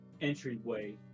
entryway